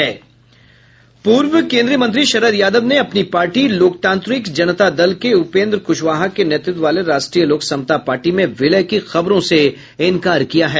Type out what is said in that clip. पूर्व केन्द्रीय मंत्री शरद यादव ने अपनी पार्टी लोकतांत्रिक जनता दल के उपेन्द्र कुशवाहा के नेतृत्व वाले राष्ट्रीय लोक समता पार्टी में विलय की खबरों से इनकार किया है